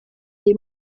les